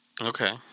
Okay